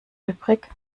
übrig